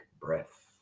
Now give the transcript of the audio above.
breath